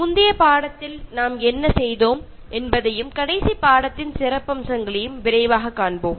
முந்தைய பாடத்தில் நாம் என்ன செய்தோம் என்பதையும் கடைசி பாடத்தின் சிறப்பம்சங்களையும் விரைவாகப் பார்ப்போம்